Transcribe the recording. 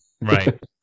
Right